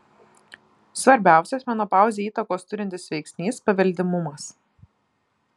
svarbiausias menopauzei įtakos turintis veiksnys paveldimumas